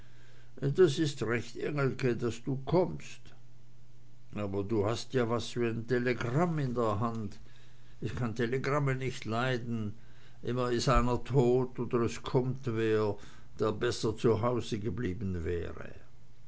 das ist recht engelke daß du kommst aber du hast da ja was wie n telegramm in der hand ich kann telegramms nicht leiden immer is einer dod oder es kommt wer der besser zu hause geblieben wäre